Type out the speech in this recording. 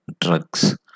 drugs